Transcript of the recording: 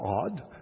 odd